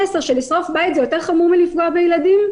שלשרוף בית זה יותר חמור מאשר לפגוע בילדים?